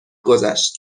گذشت